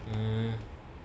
mmhmm